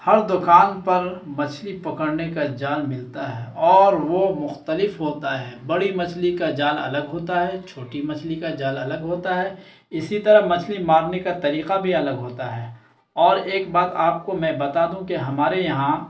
ہر دکان پر مچھلی پکڑنے کا جال ملتا ہے اور وہ مختلف ہوتا ہے بڑی مچھلی کا جال الگ ہوتا ہے چھوٹی مچھلی کا جال الگ ہوتا ہے اسی طرح مچھلی مارنے کا طریقہ بھی الگ ہوتا ہے اور ایک بات آپ کو میں بتا دوں کہ ہمارے یہاں